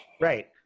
Right